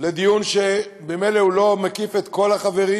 דיון שממילא הוא לא מקיף את כל החברים,